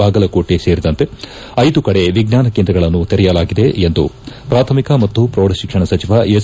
ಬಾಗಲಕೋಟೆ ಸೇರಿದಂತೆ ಐದು ಕಡೆ ವಿಜ್ಞಾನ ಕೇಂದ್ರಗಳನ್ನು ತೆರೆಯಲಾಗಿದೆ ಎಂದು ಪ್ರಾಥಮಿಕ ಮತ್ತು ಪ್ರೌಢಶಿಕ್ಷಣ ಸಚಿವ ಎಸ್